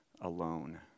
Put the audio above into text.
alone